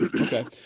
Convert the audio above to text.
Okay